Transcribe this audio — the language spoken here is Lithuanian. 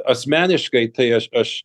asmeniškai tai aš aš